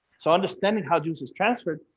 so understanding how juice is transferred,